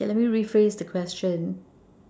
okay let me rephrase the question